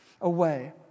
away